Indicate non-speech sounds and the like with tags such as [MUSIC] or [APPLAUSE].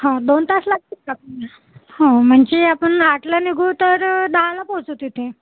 हां दोन तास [UNINTELLIGIBLE] हो म्हणजे आपण आठला निघू तर दहाला पोचू तिथे